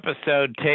episode